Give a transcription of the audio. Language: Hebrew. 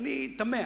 אני תמה.